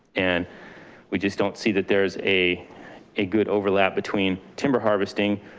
and we just don't see that there's a a good overlap between timber harvesting,